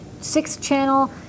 six-channel